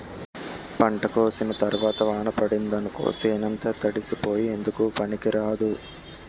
పంట కోసిన తరవాత వాన పడిందనుకో సేనంతా తడిసిపోయి ఎందుకూ పనికిరాదు